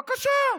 בבקשה,